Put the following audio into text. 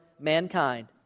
mankind